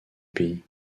pays